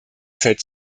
zeit